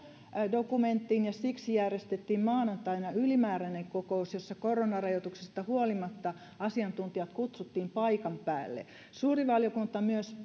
dokumenttiin ja siksi järjestettiin maanantaina ylimääräinen kokous johon koronarajoituksista huolimatta asiantuntijat kutsuttiin paikan päälle suuri valiokunta myös